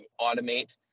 automate